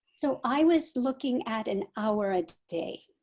so i was looking at an hour a day.